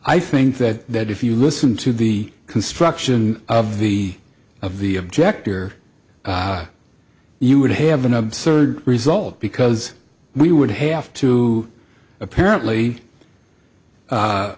i think that that if you listen to the construction of the of the object or you would have an absurd result because we would have to apparently